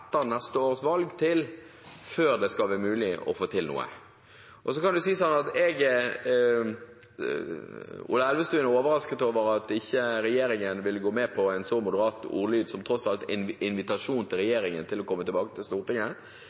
neste års valg før det skal være mulig å få til noe. Ola Elvestuen er overrasket over at ikke regjeringen vil gå med på en så moderat ordlyd, som tross alt er en invitasjon til regjeringen om å komme tilbake til Stortinget.